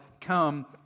come